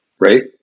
right